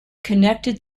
connected